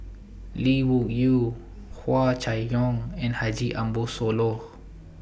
Lee Wung Yew Hua Chai Yong and Haji Ambo Sooloh